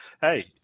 hey